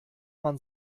man